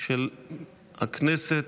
של הכנסת.